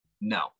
No